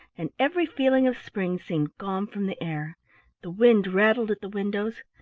and every feeling of spring seemed gone from the air the wind rattled at the windows,